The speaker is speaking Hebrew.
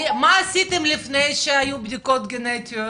מה עשיתם לפני שהיו בדיקות גנטיות?